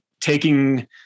taking